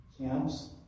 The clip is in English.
camps